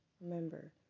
Remember